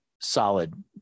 Solid